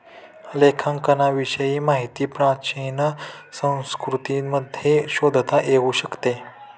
लेखांकनाविषयी माहिती प्राचीन संस्कृतींमध्ये शोधता येऊ शकते